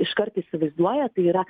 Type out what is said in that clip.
iškart įsivaizduoja tai yra